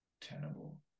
tenable